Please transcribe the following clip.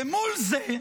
למול זה,